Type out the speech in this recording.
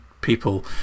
people